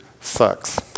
sucks